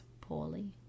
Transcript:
poorly